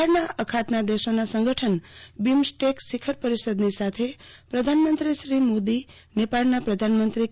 બંગાળના અખાતના દેશોના સંગઠન બિમસ્ટેક શિખર પરિષદની સાથે આજે પ્રધાનમંત્રી શ્રી મોદીનેપાળના પ્રધાનમંત્રી કે